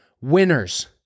Winners